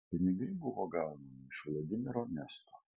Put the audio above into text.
pinigai buvę gaunami iš vladimiro miesto